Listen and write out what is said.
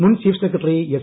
മുൻ chief secretary S